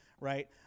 right